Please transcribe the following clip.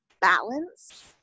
balance